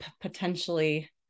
potentially